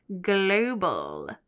global